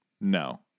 No